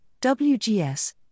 WGS